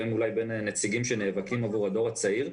והם אולי בין הנציגים שנאבקים עבור הדור הצעיר,